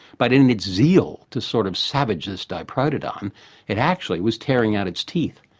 but in its zeal to sort of savage this diprotodon it actually was tearing out its teeth.